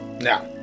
Now